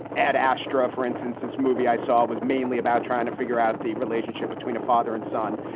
ad astra, for instance, this movie i saw was mainly about trying to figure out the relationship between a father and son.